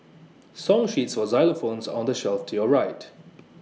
song sheets for xylophones are on the shelf to your right